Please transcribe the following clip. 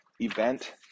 event